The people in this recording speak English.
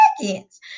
seconds